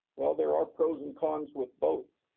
well, there are pros and cons with both.